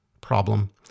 problem